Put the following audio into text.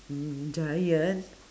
mm giant